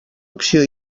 opció